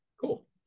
Cool